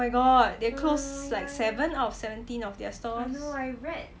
oh my god they close like seven out of seventeen of their stores